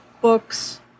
books